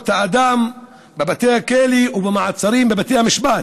האדם בבתי הכלא ובמעצרים בבתי המשפט.